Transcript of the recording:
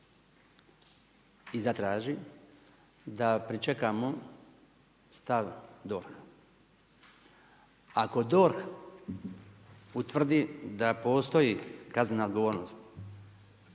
i zatraži, da pričekamo stav DORH-a. Ako DORH utvrdi da postoji kaznena odgovornost,